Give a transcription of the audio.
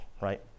right